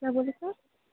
क्या बोले सर